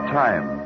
time